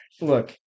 Look